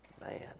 Man